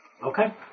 Okay